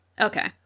okay